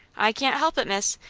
i can't help it, miss.